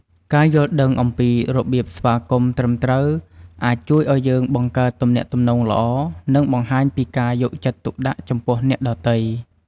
ការយល់ដឹងអំពីរបៀបស្វាគមន៍ត្រឹមត្រូវ អាចជួយឱ្យយើងបង្កើតទំនាក់ទំនងល្អ និងបង្ហាញពីការយកចិត្តទុកដាក់ចំពោះអ្នកដទៃ។